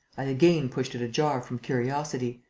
i again pushed it ajar from curiosity.